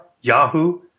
Yahoo